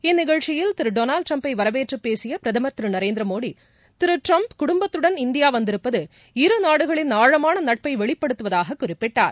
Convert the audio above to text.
இந்தநிகழ்சியில் திருடொனால்டுட்டிரம்பவரவேற்றபேசியபிரதம் திருநரேந்திரமோடி திருட்டிரம்ப் குடும்பத்துடன் இந்தியாவந்திருப்பது இரு நாடுகளின் ஆழமானநட்பவெளிப்படுத்துவதாககுறிப்பிட்டார்